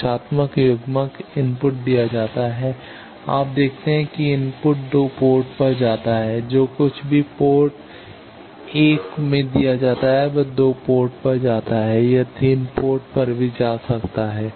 दिशात्मक युग्मक इनपुट दिया जाता है आप देखते हैं कि इनपुट 2 पोर्ट पर जाता है जो कुछ भी पोर्ट 1 में दिया जाता है वह 2 पोर्ट पर जाता है यह 3 पोर्ट पर भी जाता है